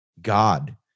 God